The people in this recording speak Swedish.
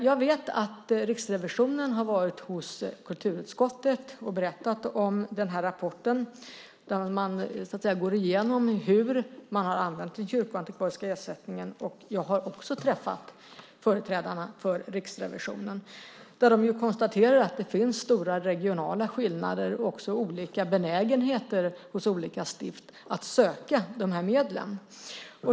Jag vet att Riksrevisionen har varit hos kulturutskottet och berättat om rapporten, där man går igenom hur man har använt den kyrkoantikvariska ersättningen. Jag har också träffat företrädarna för Riksrevisionen. De konstaterar att det finns stora regionala skillnader och också olika benägenhet hos olika stift att söka dessa medel.